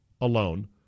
alone